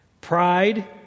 Pride